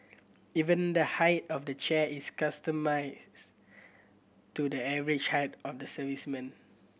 even the height of the chair is to the average height of the servicemen